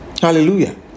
Hallelujah